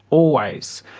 always.